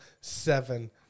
seven